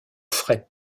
fret